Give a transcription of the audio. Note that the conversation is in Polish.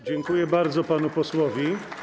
Dziękuję bardzo panu posłowi.